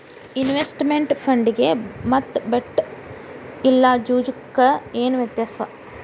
Investment ಫಂಡಿಗೆ ಮತ್ತ bet ಇಲ್ಲಾ ಜೂಜು ಕ ಏನ್ ವ್ಯತ್ಯಾಸವ?